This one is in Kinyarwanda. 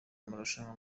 amarushanwa